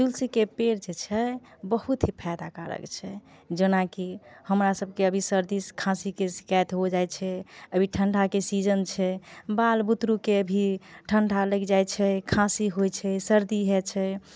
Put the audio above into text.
तुलसी के पेड़ जे छै बहुत ही फैदा कारक छै जेनाकि हमरा सभके अभी सर्दी खाँसी के शिकायत हो जाइ छै अभी ठण्डा के सीजन छै बाल बुतरु के भी ठण्डा लागि जाइ छै खाँसी होइ छै सर्दी होइ छै